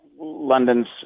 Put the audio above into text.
london's